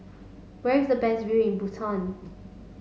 where is the best view in Bhutan